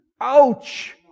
Ouch